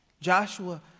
Joshua